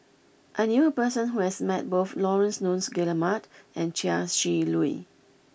I knew a person who has met both Laurence Nunns Guillemard and Chia Shi Lu